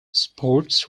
sports